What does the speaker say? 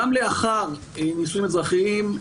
גם לאחר נישואים אזרחיים,